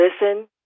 listen